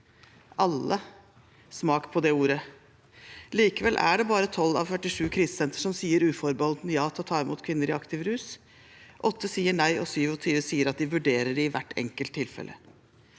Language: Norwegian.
«Alle» – smak på det ordet. Likevel er det bare 12 av 47 krisesentre som sier uforbeholdent ja til å ta imot kvinner i aktiv rus. 8 sier nei, og 27 sier at de vurderer det i hvert enkelt tilfelle.